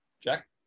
jack